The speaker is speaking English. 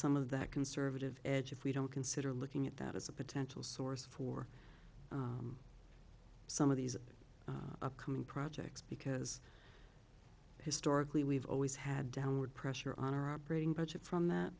some of that conservative edge if we don't consider looking at that as a potential source for some of these upcoming projects because historically we've always had downward pressure on our operating budget from that